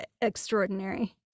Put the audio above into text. extraordinary